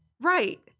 Right